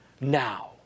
now